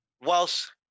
whilst